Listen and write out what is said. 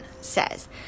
says